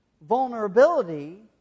Vulnerability